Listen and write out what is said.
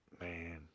Man